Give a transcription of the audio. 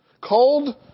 Cold